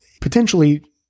potentially